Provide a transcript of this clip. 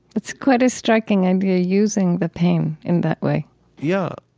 it's quite a striking idea, using the pain in that way yeah.